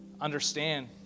understand